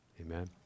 Amen